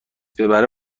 ببره